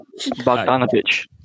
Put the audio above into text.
Bogdanovich